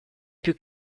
più